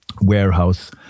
warehouse